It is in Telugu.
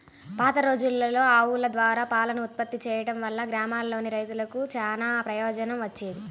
పాతరోజుల్లో ఆవుల ద్వారా పాలను ఉత్పత్తి చేయడం వల్ల గ్రామాల్లోని రైతులకు చానా ప్రయోజనం వచ్చేది